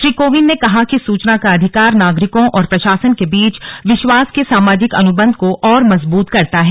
श्री कोविंद ने कहा कि सुचना का अधिकार नागरिकों और प्रशासन के बीच विश्वास के सामाजिक अनुबंध को और मजबूत करता है